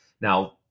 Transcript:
Now